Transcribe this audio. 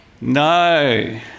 no